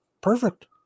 Perfect